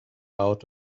out